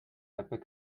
epic